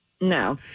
No